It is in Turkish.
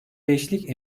beşlik